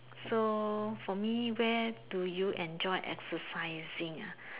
so for me where do you enjoy exercising ah